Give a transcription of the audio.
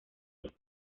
lópez